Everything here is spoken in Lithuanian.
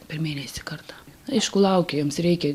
per mėnesį kartą aišku laukia joms reikia